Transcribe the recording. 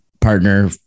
partner